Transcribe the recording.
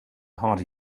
harder